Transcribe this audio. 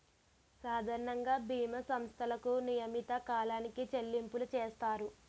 సాధారణంగా బీమా సంస్థలకు నియమిత కాలానికి చెల్లింపులు చేస్తారు